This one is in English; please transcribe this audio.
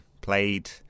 played